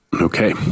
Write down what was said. Okay